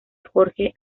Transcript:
jorge